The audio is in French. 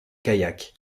kayak